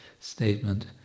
statement